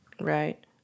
right